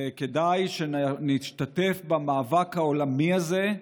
וכדאי שנשתתף במאבק העולמי הזה,